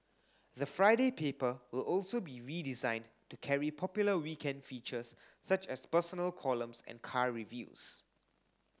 the Friday paper will also be redesigned to carry popular weekend features such as personal columns and car reviews